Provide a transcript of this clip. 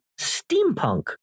steampunk